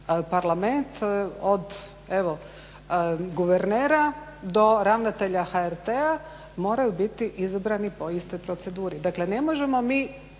Parlament od evo guvernera do ravnatelja HRT-a moraju biti izabrani po istoj proceduri. Dakle, ne možemo mi